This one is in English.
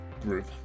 group